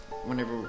whenever